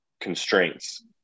constraints